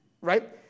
right